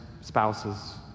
spouses